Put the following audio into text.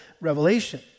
revelation